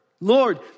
Lord